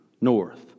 north